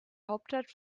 hauptstadt